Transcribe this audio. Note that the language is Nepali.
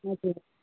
हजुर